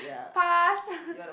pass